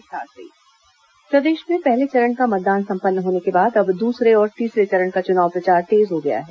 लोकसभा निर्वाचन प्रचार प्रदेश में पहले चरण का मतदान संपन्न होने के बाद अब दूसरे और तीसरे चरण का चुनाव प्रचार तेज हो गया है